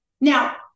Now